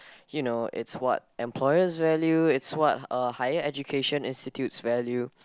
you know it's what employers value it's what uh higher education institutes value